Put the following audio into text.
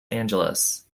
angeles